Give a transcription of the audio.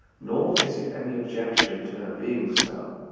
nor is it any objection to her being so,